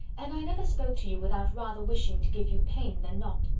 and i never spoke to you without rather wishing to give you pain than not.